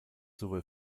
sowohl